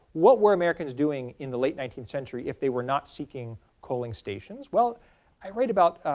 what were americans doing in the late nineteenth century if they were not seeking coaling stations? well i write about